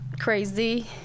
crazy